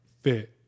Fit